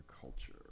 culture